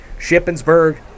Shippensburg